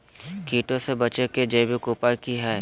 कीटों से बचे के जैविक उपाय की हैय?